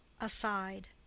aside